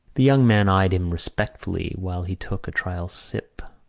the young men eyed him respectfully while he took a trial sip.